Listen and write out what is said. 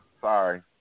Sorry